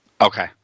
Okay